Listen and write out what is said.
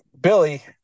billy